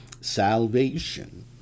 salvation